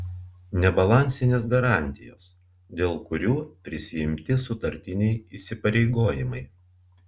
nebalansinės garantijos dėl kurių prisiimti sutartiniai įsipareigojimai